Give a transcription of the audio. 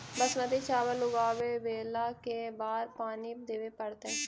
बासमती चावल उगावेला के बार पानी देवे पड़तै?